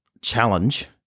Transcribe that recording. challenge